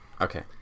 Okay